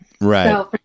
Right